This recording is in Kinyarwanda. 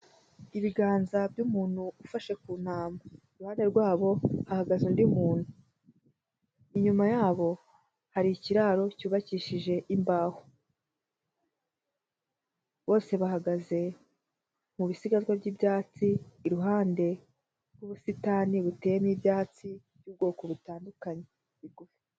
Ibiganza by'umuntu ufashe ku ntama. Iruhande rwabo hahagaze undi muntu. Inyuma yabo hari ikiraro cyubakishije imbaho. Bose bahagaze mu bisigazwa by'ibyatsi, iruhande rw'ubusitani buteyemo ibyatsi by'ubwoko butandukanye bigufi.